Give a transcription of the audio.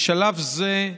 בשלב זה,